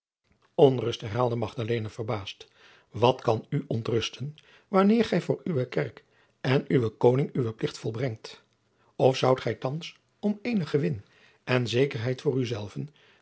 onrust herhaalde magdalena verbaasd wat kan u ontrusten wanneer gij voor uwe kerk en uwen koning uwen plicht volbrengt of zoudt gij thands om eenig gewin en zekerheid voor uzelven